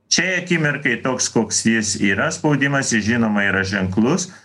šiai akimirkai toks koks jis yra spaudimas jis žinoma yra ženklus